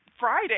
Friday